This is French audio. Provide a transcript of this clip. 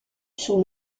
sous